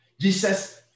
Jesus